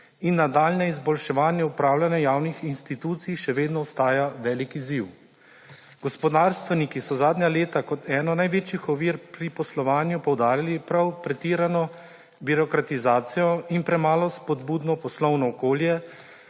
in nadaljnje izboljševanje upravljanja javnih institucij še vedno ostaja velik izziv. Gospodarstveniki so zadnja leta kot eno največjih ovir pri poslovanju poudarili prav pretirano birokratizacijo in premalo spodbudno poslovno okolje,